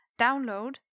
download